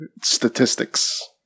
statistics